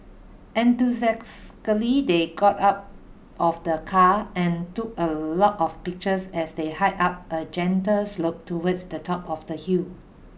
enthusiastically they got out of the car and took a lot of pictures as they hiked up a gentle slope towards the top of the hill